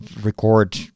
record